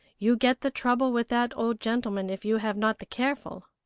you get the trouble with that old gentleman if you have not the careful.